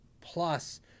plus